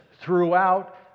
throughout